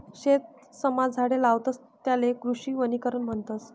शेतसमा झाडे लावतस त्याले कृषी वनीकरण म्हणतस